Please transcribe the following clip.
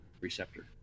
receptor